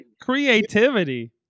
Creativity